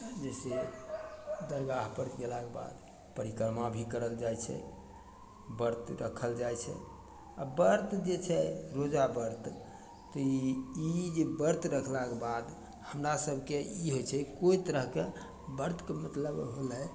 जैसे दरगाहपर गेलाके बाद परिक्रमा भी करल जाइ छै व्रत रखल जाइ छै आओर व्रत जे छै रोजा व्रत तऽ ई जे ई व्रत रखलाके बाद हमरा सबके ई होइ छै कोइ तरहके व्रतके मतलब होलय